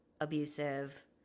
abusive